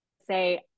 say